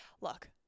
Look